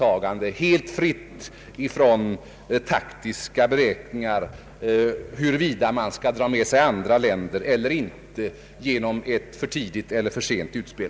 Vi agerar helt fritt från taktiska beräkningar om huruvida man skall dra med sig andra länder eller inte genom ett för tidigt eller för sent utspel.